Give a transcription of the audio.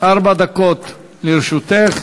ארבע דקות לרשותך.